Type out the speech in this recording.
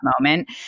moment